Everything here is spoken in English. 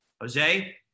Jose